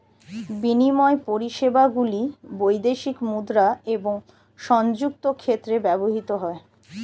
বিনিময় পরিষেবাগুলি বৈদেশিক মুদ্রা এবং সংযুক্ত ক্ষেত্রে ব্যবহৃত হয়